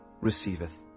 receiveth